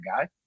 guy